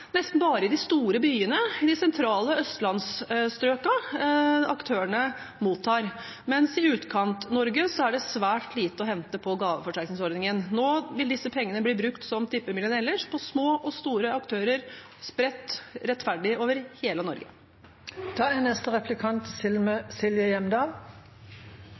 nesten bare i de store byene, i de sentrale Østlands-strøkene, aktørene mottar, mens i Utkant-Norge er det svært lite å hente på gaveforsterkningsordningen. Nå vil disse pengene bli brukt som tippemidlene ellers, på små og store aktører spredt rettferdig over hele